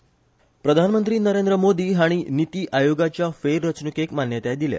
निती आयोग प्रधानमंत्री नरेंद्र मोदी हाणी निती आयोगाच्या फेररचण्केक मान्यताय दिल्या